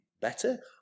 better